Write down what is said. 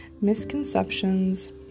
misconceptions